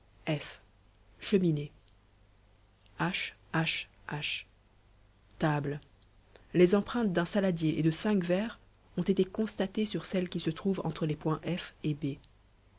tables les empreintes d'un saladier et de cinq verres ont été constatées sur celle qui se trouve entre les points f